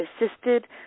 assisted